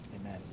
Amen